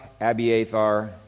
Abiathar